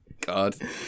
God